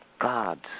Gods